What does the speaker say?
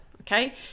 okay